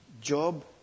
Job